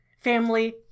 Family